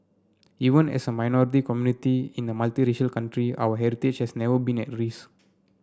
even as a minority community in a multiracial country our heritage has never been at risk